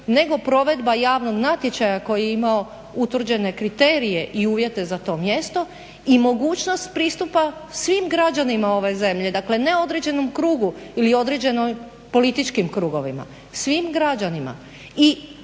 nego provedba javnog natječaja koji je imao utvrđene kriterije i uvijete za to mjesto i mogućnost pristupa svim građanima ove zemlje, dakle ne određenom krugu ili određenim političkim krugovima, svim građanima.